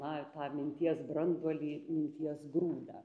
na tą minties branduolį minties grūdą